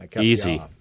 Easy